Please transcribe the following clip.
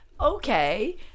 okay